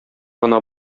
гына